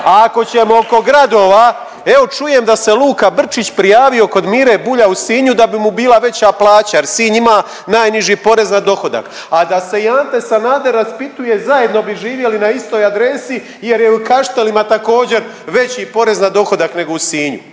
ako ćemo oko gradova, evo čujem da se Luka Brčić prijavio kod Mire Bulja u Sinju da bi mu bila veća plaća jer Sinj ima najniži porez na dohodak. A da se i Ante Sanader raspituje, zajedno bi živjeli na istoj adresi jer je u Kaštelima također veći porez na dohodak nego u Sinju.